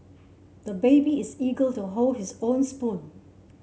the baby is eager to hold his own spoon